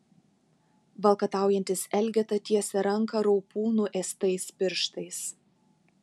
valkataujantis elgeta tiesia ranką raupų nuėstais pirštais